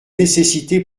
nécessité